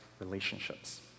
relationships